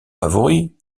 favoris